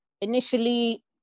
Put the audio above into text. initially